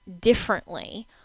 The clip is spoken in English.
differently